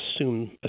assume